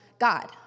God